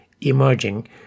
emerging